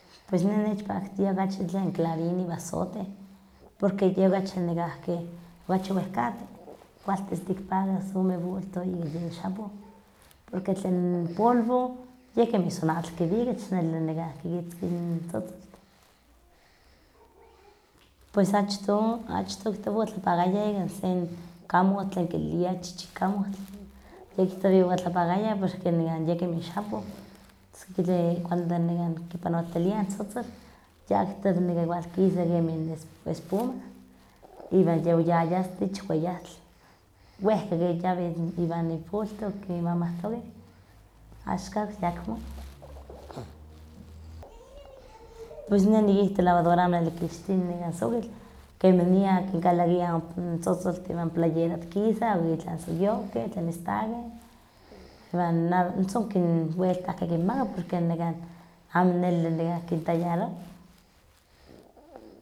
Pues neh nechpaktia okachi tlen clarín iwan zote, poque yeh okachi nekahki, okachi wehkawa, kualtis tikpakas ome bultoh ika yen xapo, porque tlen polvo yeh como son atl kiwika, yeh machneli nelah kikitzki n tzotzoltih. Pues achtoh, achtoh kihtowa otlapakawah ika se n kamohtli kiliah chichikamohtli, yeh kihtowa ika otlapakayah porque nekan yeh kemih xapoh, tos ke cuando nekan kipanoltiliah n tzotzol ya kihtowa igual kisa kemih n espuma, iwan se yaya asta ich weyatl, wehyka ke yawin iwa n ibultoh kimamahtokeh. Axkan ayakmo. pues neh nikihtowa lavadora ke amo neli kikixti nekan sokitl, kemanian ompa kinkalakiah tzotzontlih iwan playera ihtikisa okitlah sokiohkeh tlen istakeh, iwan son keh weltah keh kinmaka porque nekah amo neli nekan kintallaroba.